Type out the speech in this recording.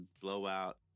blowout